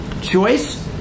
choice